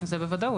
זה בוודאות.